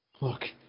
Look